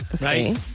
Right